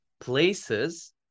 places